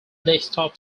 desktop